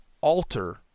alter